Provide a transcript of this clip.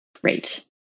Great